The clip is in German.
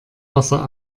wasser